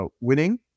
winning